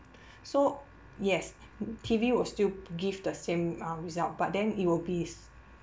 so yes T_V will still give the same um result but then it will be